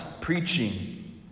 preaching